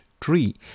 tree